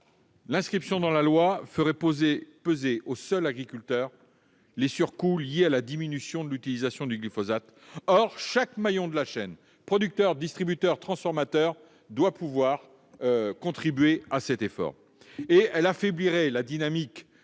L'inscription dans la loi ferait peser sur les seuls agriculteurs les surcoûts liés à la diminution de l'utilisation du glyphosate. Or chaque maillon de la chaîne- producteur, distributeur, transformateur -doit contribuer à cet effort. Elle affaiblirait en outre la dynamique